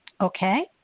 Okay